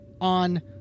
on